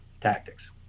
tactics